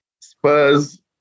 Spurs